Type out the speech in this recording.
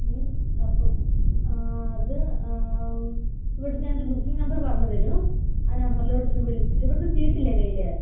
മ് അപ്പോള് അത് ഇവിടെനിന്ന് ഞാനൊരു ബുക്കിങ് നമ്പര് പറഞ്ഞുതരും ആ നമ്പറിലേക്കൊന്ന് വിളിച്ചിട്ട് ഇവിടുത്തെ ചീട്ടില്ലേ കയ്യില്